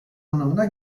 anlamına